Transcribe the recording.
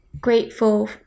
grateful